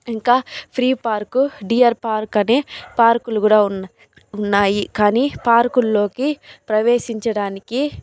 ఇంకా free park deer park అనే పార్కులు కూడా ఉన్నాయి కానీ పార్కు ల్లోకి ప్రవేశించడానికి